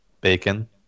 bacon